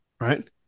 Right